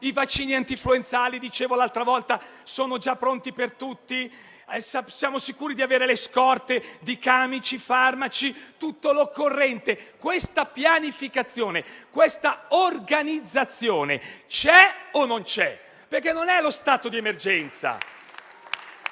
I vaccini antinfluenzali - come chiedevo l'altra volta - sono già pronti per tutti? Siamo sicuri di avere le scorte di camici, farmaci e tutto l'occorrente? Questa pianificazione e questa organizzazione ci sono o non ci sono? Perché non è lo stato di emergenza.